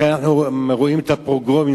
לכן אנחנו רואים את הפוגרום,